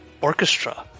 orchestra